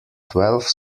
twelve